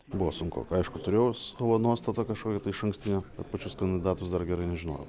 buvo sunku aišku turiėjau savo nuostatą kažkokią tai išankstinę pačius kandidatus dar gerai nežinojau